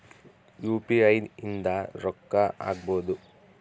UPI ಇಂದ ರೊಕ್ಕ ಹಕ್ಬೋದು